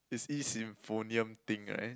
is E symphonion thing right